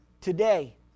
Today